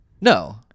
No